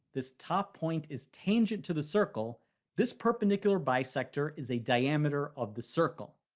this top point is tangent to the circle this perpendicular bisector is a diameter of the circle